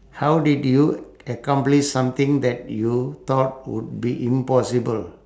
how did you accomplish something that you thought would be impossible